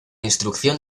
instrucción